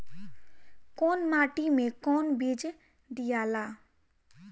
कौन माटी मे कौन बीज दियाला?